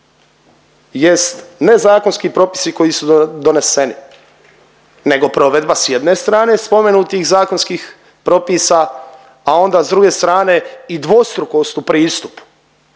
jest ne zakonski propisi koji su doneseni nego provedba s jedne strane spomenutih zakonskih propisa, a onda s druge strane i dvostrukost u pristupu.